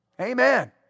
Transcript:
Amen